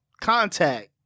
contact